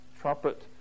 trumpet